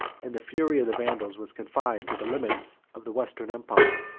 and the fury of the vandals was confined to the limits of the western empire.